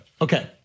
Okay